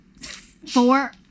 four